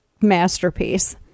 masterpiece